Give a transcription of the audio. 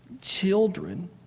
children